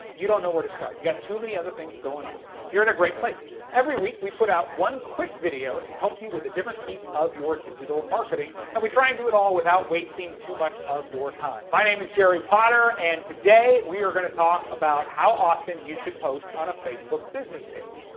you don't know where to start, you got too many other things going on, you're in a great place. every week we put out one quick video to help you with a different piece of your digital marketing and we try and do it all without wasting too much of your time. my name is jerry potter and today we are gonna talk about how often you should post on a facebook business page.